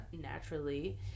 naturally